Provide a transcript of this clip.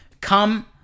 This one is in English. come